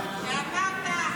ואמרת,